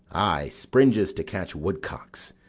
ay, springes to catch woodcocks.